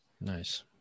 Nice